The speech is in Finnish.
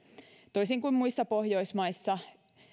toisin kuin muissa pohjoismaissa